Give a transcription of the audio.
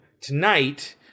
Tonight